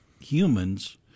humans